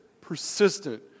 persistent